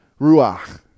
ruach